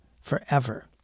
forever